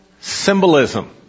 symbolism